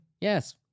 Yes